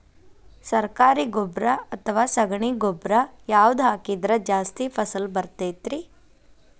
ಸರಕಾರಿ ಗೊಬ್ಬರ ಅಥವಾ ಸಗಣಿ ಗೊಬ್ಬರ ಯಾವ್ದು ಹಾಕಿದ್ರ ಜಾಸ್ತಿ ಫಸಲು ಬರತೈತ್ರಿ?